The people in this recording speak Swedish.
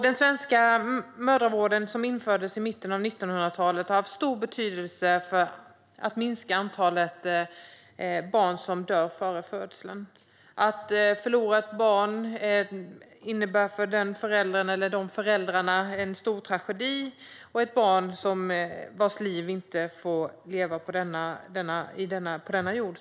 Den svenska mödravården, som infördes i mitten av 1900-talet, har haft stor betydelse för att minska antalet barn som dör före födseln. Att förlora ett barn är en stor tragedi för föräldern eller föräldrarna. Det är tragiskt ur många synvinklar och en sorg när ett barn inte får leva sitt liv på denna jord.